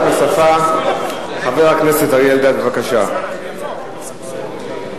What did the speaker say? אזרחיים בחוץ-לארץ למי שאינם רשאים להינשא על-פי הדין הדתי,